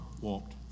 walked